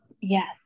yes